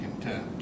content